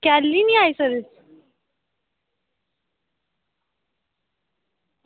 कैह्ली निं आई सकदे